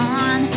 on